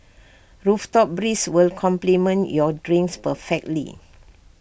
rooftop breeze will complement your drinks perfectly